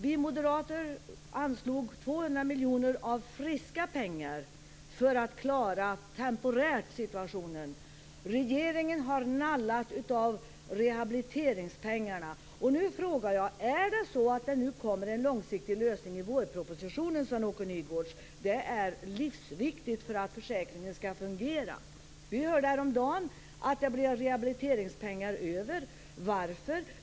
Vi moderater anslog 200 miljoner av friska pengar för att temporärt klara situationen. Regeringen har nallat av rehabiliteringspengarna. Nu frågar jag: Kommer det en långsiktig lösning i vårpropositionen, Sven-Åke Nygårds? Det är livsviktigt för att försäkringen skall fungera. Vi hörde häromdagen att det blev rehabiliteringspengar över. Varför?